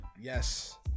Yes